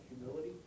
Humility